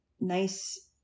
nice